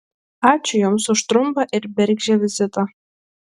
ačiū jums už trumpą ir bergždžią vizitą